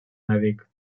mèdic